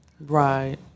right